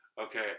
okay